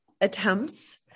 attempts